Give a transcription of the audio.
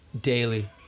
Daily